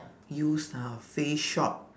use uh face shop